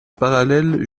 parallèle